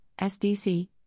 SDC